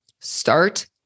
Start